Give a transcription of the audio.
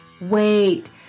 wait